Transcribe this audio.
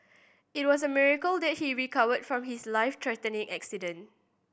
it was a miracle that he recovered from his life threatening accident